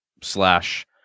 Slash